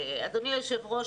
אדוני היושב-ראש,